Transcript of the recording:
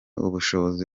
ubushobozi